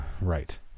right